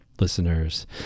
listeners